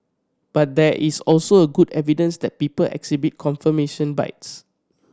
but there is also a good evidence that people exhibit confirmation bias